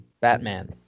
Batman